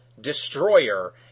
Destroyer